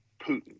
Putin